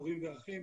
הורים ואחים,